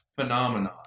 phenomenon